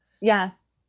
yes